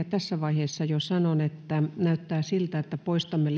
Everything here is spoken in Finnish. tässä vaiheessa jo sanon että näyttää siltä että poistamme